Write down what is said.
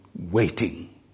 Waiting